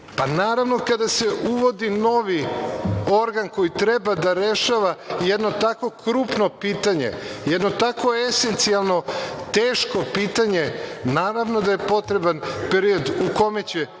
Naravno, kada se uvodi novi organ koji treba da rešava jedno tako krupno pitanje, jedno tako esencijalno teško pitanje, naravno da je potreban period u kome će